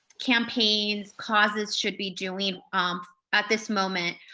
campaigns, causes should be doing at this moment,